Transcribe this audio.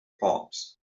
palms